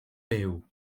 byw